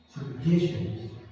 Traditions